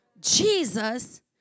Jesus